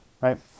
right